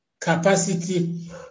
capacity